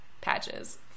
patches